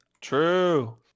True